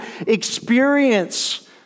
experience